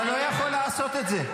אתה לא יכול לעשות את זה.